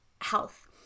health